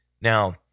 Now